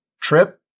Trip